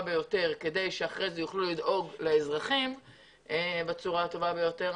ביותר כדי שאחר כך הם יוכלו לדאוג לאזרחים בצורה הטובה ביותר,